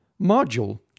module